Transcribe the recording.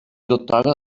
dotada